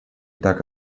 так